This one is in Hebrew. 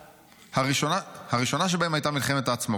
--- הראשונה שבהן הייתה מלחמת העצמאות,